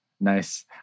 Nice